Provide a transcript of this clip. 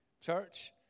church